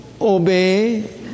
obey